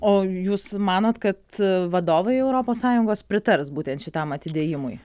o jūs manot kad vadovai europos sąjungos pritars būtent šitam atidėjimui